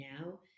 now